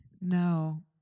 no